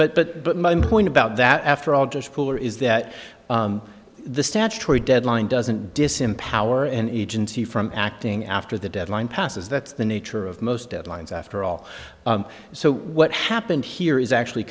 but but my point about that after all just cooler is that the statutory deadline doesn't disempower an agency from acting after the deadline passes that's the nature of most deadlines after all so what happened here is actually